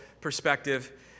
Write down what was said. perspective